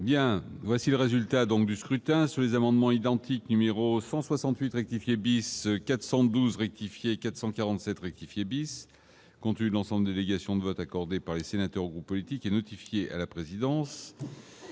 bien, voici le résultat donc du scrutin sur les amendements identiques numéro 168 rectifier bis 412 rectifier 447 rectifier bis continue d'ensemble, délégation de vote accordé par les sénateurs ou politique et à la présidence.